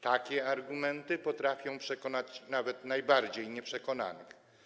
Takie argumenty potrafią przekonać nawet najbardziej nieprzekonanych.